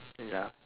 ya